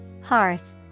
Hearth